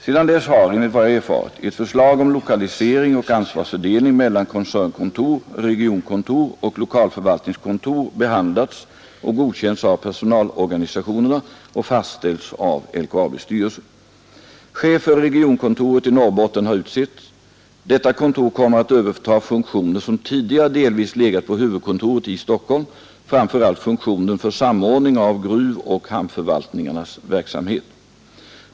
Sedan dess har, enligt vad jag erfarit, ett förslag om lokalisering och ansvarsfördelning mellan koncernkontor, regionkontor och lokalförvaltningskontor behandlats och godkänts av personalorganisationerna och fastställts av LKAB s styrelse. Chef för regionkontoret i Norrbotten har utsetts. Detta kontor kommer att överta funktioner som tidigare delvis legat på huvudkontoret i Stockholm, framför allt funktionen för samordning av gruvoch hamnförvaltningarnas verksamhet.